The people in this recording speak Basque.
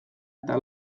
eta